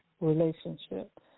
relationship